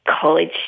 college